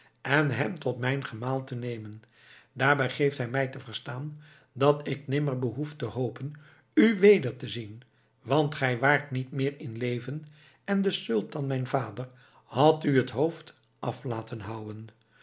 en hem tot mijn gemaal te nemen daarbij geeft hij mij te verstaan dat ik nimmer meer behoef te hopen u weder te zien want gij waart niet meer in leven en de sultan mijn vader had u het hoofd af laten houwen